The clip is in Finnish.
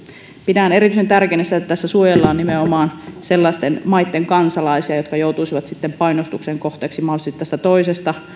pidän erityisen tärkeänä sitä että tässä suojellaan nimenomaan sellaisten maitten kansalaisia jotka mahdollisesti joutuisivat painostuksen kohteeksi tästä toisesta